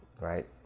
right